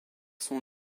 son